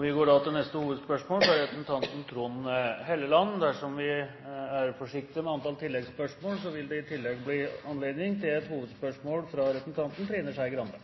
Vi går da videre til neste hovedspørsmål. Dersom vi er forsiktig med antall tilleggsspørsmål, vil det i tillegg bli anledning til et hovedspørsmål fra representanten Trine Skei Grande.